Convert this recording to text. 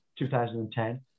2010